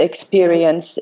experience